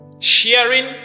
Sharing